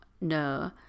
no